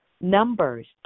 Numbers